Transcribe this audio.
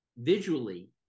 visually